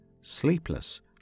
sleepless